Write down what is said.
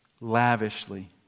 lavishly